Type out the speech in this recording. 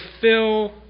fill